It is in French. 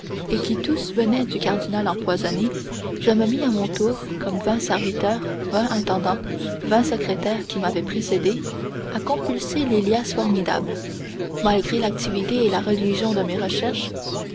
et qui tous venaient du cardinal empoisonné je me mis à mon tour comme vingt serviteurs vingt intendants vingt secrétaires qui m'avaient précédé à compulser les liasses formidables malgré l'activité et la religion de mes recherches